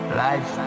life